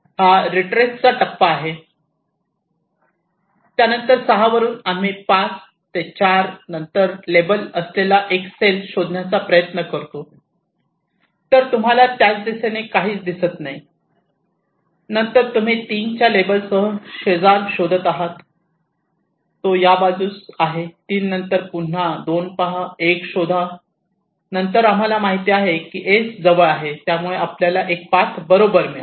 हा रेट्रेसचा टप्पा आहे त्यानंतर 6 वरून आम्ही 5 ते 4 नंतर लेबल असलेला एक सेल शोधण्याचा प्रयत्न करतो तर तुम्हाला त्याच दिशेने काहीच दिसत नाही नंतर तुम्ही 3 च्या लेबलसह शेजार शोधत आहात तो आहे या बाजूस 3 नंतर पुन्हा 2 पहा 1 शोधा नंतर आम्हाला माहित आहे की S जवळ आहे त्यामुळे आपल्याला एक पाथ बरोबर मिळाला